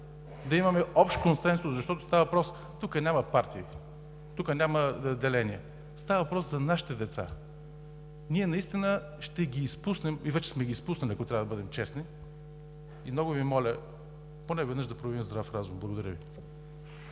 да имаме общ консенсус, защото тук няма партии, тук няма деление, става въпрос за нашите деца. Ние наистина ще ги изпуснем и вече сме ги изпуснали, ако трябва да бъдем честни. Много Ви моля поне веднъж да проявим здрав разум. Благодаря Ви.